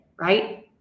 right